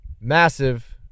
massive